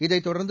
இதைத் தொடர்ந்து